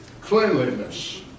Cleanliness